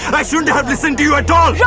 but i shouldn't have listened to you at all. yeah